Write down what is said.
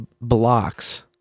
blocks